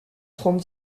trente